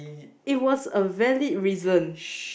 it was a valid reason